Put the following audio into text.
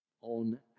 on